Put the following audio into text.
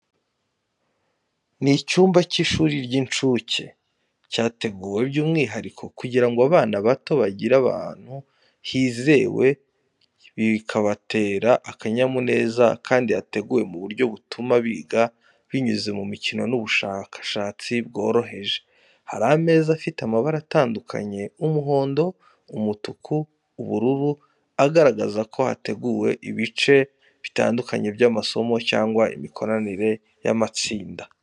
Ni icyumba cy’ishuri ry’incuke cyateguwe by’umwihariko kugira ngo abana bato bigire ahantu hizewe bikabatera akanyamuneza kandi hateguwe mu buryo butuma biga binyuze mu mikino n’ubushakashatsi bworoheje. Hari ameza afite amabara atandukanye umuhondo, umutuku, ubururu agaragaza ko hateguwe ibice bitandukanye by’amasomo cyangwa imikoranire y’amatsinda.